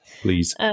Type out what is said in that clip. Please